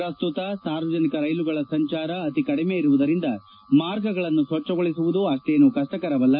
ಪ್ರಸ್ತುತ ಸಾರ್ವಜನಿಕ ರೈಲುಗಳ ಸಂಚಾರ ಅತಿ ಕಡಿಮೆ ಇರುವುದರಿಂದ ಮಾರ್ಗಗಳನ್ನು ಸ್ವಚ್ಯಗೊಳಿಸುವುದು ಅಷ್ವೇನೂ ಕಷ್ಟಕರವಲ್ಲ